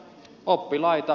oppilaita